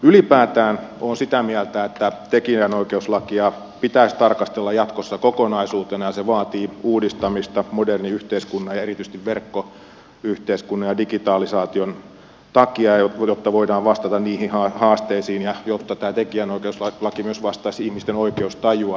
ylipäätään olen sitä mieltä että tekijänoikeuslakia pitäisi tarkastella jatkossa kokonaisuutena ja se vaatii uudistamista modernin yhteiskunnan ja erityisesti verkkoyhteiskunnan ja digitalisaation takia jotta voidaan vastata niihin haasteisiin ja jotta tämä tekijänoikeuslaki myös vastaisi ihmisten oikeustajua